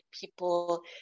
people